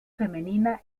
femenina